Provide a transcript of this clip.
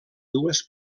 dues